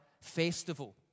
festival